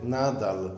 nadal